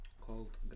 called